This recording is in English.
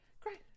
great